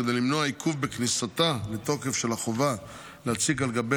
וכדי למנוע עיכוב בכניסתה לתוקף של החובה להציג על גבי